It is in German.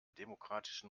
demokratischen